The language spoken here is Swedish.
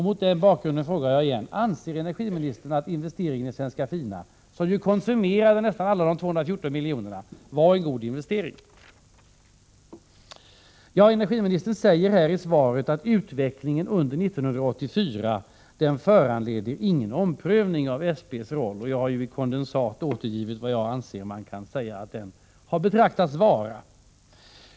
Mot den bakgrunden frågar jag igen: Anser energiministern att investeringen i Svenska Fina AB, som ju konsumerar nästan alla dessa 214 milj.kr., var en god investering? Energiministern säger i svaret att utvecklingen under 1984 inte föranledde någon omprövning av SP:s roll. Jag har i mitt kondensat återgivit hur jag anser att den rollen bör betraktas.